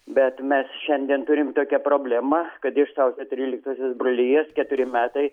bet mes šiandien turim tokią problemą kad iš sausio tryliktosios brolijos keturi metai